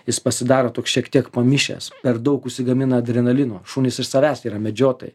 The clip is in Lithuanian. jis pasidaro toks šiek tiek pamišęs per daug užsigamina adrenalino šunys iš savęs yra medžiotojai